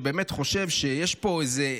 שבאמת חושב שיש פה איזה,